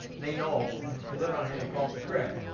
they know. and if you live around here, you call it the creek.